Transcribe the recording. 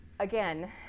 Again